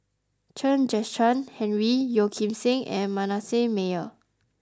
Chen Kezhan Henri Yeo Kim Seng and Manasseh Meyer